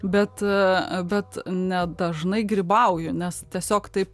bet bet nedažnai grybauju nes tiesiog taip